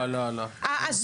ואליד אלהואשלה (רע"מ,